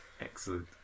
Excellent